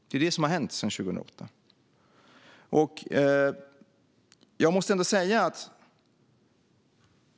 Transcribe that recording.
Det är vad som har hänt sedan 2008.